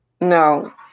No